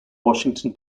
washington